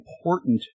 important